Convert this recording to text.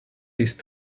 least